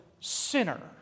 sinner